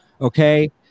Okay